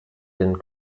den